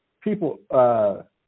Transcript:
people –